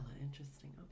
Interesting